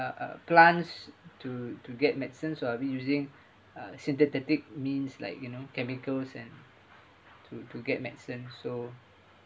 plants to to get medicines while we using uh synthetic means like you know chemicals and to to get medicine so